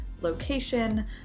location